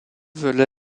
veulent